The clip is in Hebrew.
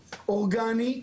אורגני,